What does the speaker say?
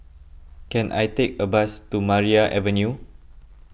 can I take a bus to Maria Avenue